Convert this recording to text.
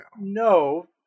No